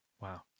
Wow